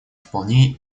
вполне